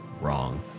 wrong